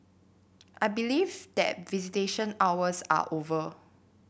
I believe that visitation hours are over